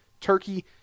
Turkey